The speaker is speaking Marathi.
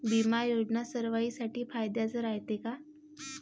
बिमा योजना सर्वाईसाठी फायद्याचं रायते का?